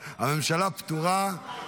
כיוון שהצעת חוק-יסוד: הממשלה (תיקון מס' 17),